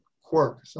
quirk